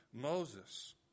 Moses